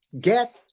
get